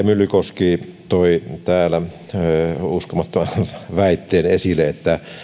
myllykoski toi täällä uskomattoman väitteen esille että